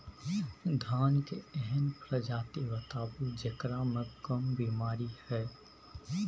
धान के एहन प्रजाति बताबू जेकरा मे कम बीमारी हैय?